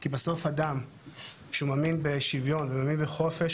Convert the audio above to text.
כי בסוף אדם שמאמין בשוויון ומאמין בחופש,